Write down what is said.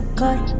cut